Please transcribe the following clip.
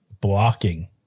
blocking